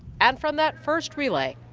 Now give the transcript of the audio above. and from that first relay,